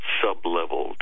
sub-level